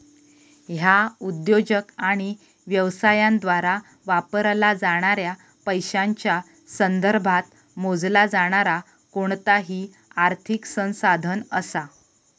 ह्या उद्योजक आणि व्यवसायांद्वारा वापरला जाणाऱ्या पैशांच्या संदर्भात मोजला जाणारा कोणताही आर्थिक संसाधन असा